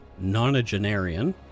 nonagenarian